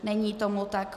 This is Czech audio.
Není tomu tak.